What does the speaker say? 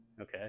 Okay